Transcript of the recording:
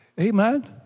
Amen